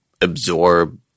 absorb